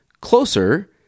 closer